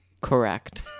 Correct